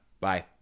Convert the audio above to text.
Bye